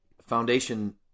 foundation